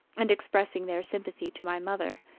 and expressing their sympathy to my mother,